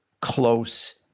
close